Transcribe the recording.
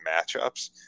matchups